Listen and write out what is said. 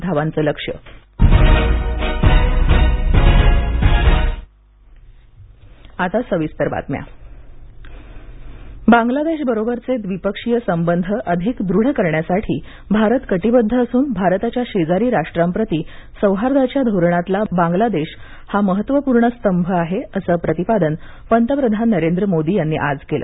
धावाच लक्ष्य पंतप्रधान बांगलादेश बांगलादेश बरोबरचे द्विपक्षीय संबंध अधिक सुदृढ करण्यासाठी भारत कटिबद्ध असून भारताच्या शेजारी राष्ट्रांप्रती सौहार्दाच्या धोरणातला बांगलादेश हा महत्त्वपूर्ण स्तंभ आहे असं प्रतिपादन पंतप्रधान नरेंद्र मोदी यांनी आज केलं